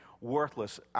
worthless